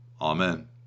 Amen